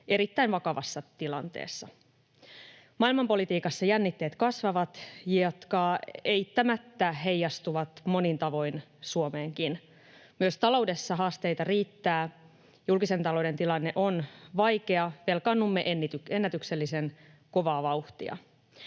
erittäin vakavassa tilanteessa. Maailmanpolitiikassa jännitteet kasvavat, jotka eittämättä heijastuvat monin tavoin Suomeenkin. Myös taloudessa haasteita riittää. Julkisen talouden tilanne on vaikea. Velkaannumme ennätyksellisen kovaa vauhtia.